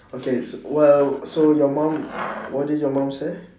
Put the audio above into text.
okay s~ well so your mum what did you mum say